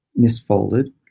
misfolded